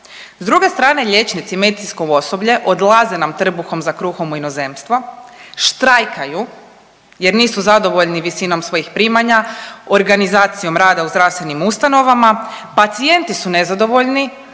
S druge strane liječnici i medicinsko osoblje odlaze nam trbuhom za kruhom u inozemstvo, štrajkaju jer nisu zadovoljni visinom svojih primanja, organizacijom rada u zdravstvenim ustanovama, pacijenti su nezadovoljni,